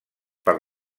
per